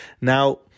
Now